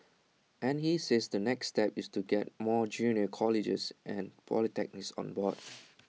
and he says the next step is to get more junior colleges and polytechnics on board